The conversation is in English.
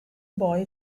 boy